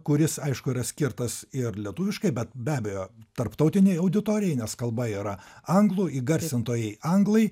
kuris aišku yra skirtas ir lietuviškai bet be abejo tarptautinei auditorijai nes kalba yra anglų įgarsintojai anglai